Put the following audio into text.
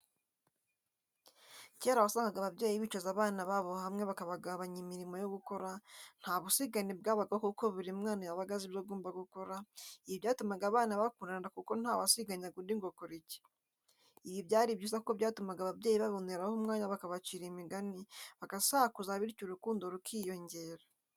Kera wasangaga ababyeyi bicaza abana babo hamwe bakabagabanya imirimo yo gukora, nta busigane bwabagaho kuko buri mwana yabaga azi ibyo agomba gukora, ibi byatumaga abana bakundana kuko ntawasiganyaga undi ngo kora iki, ibi byari byiza kuko byatumaga ababyeyi baboneraho umwanya bakabacira imigani, bagasakuza bityo urukundo rukiyongera.